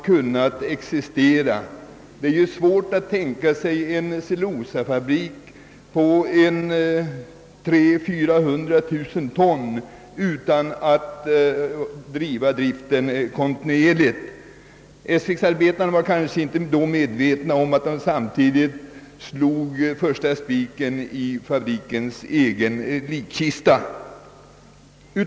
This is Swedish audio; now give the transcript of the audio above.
Nu har man ju svårt att tänka sig en cellulosafabrik som producerar 300 000—400 000 ton utan kontinuerlig drift. Men arbetarna i Essvik var nog inte vid den tidpunkten medvetna om att de samtidigt slog den första spiken i fabrikens egen likkista.